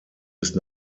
ist